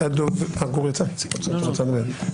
אסף בן לוי, בבקשה.